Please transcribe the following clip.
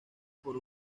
por